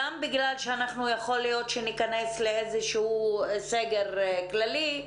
גם בגלל שיכול להיות שניכנס לאיזה סגר כללי,